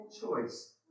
choice